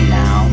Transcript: now